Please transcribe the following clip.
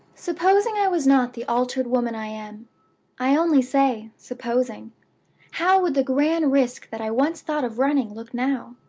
supposing i was not the altered woman i am i only say, supposing how would the grand risk that i once thought of running look now?